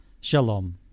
shalom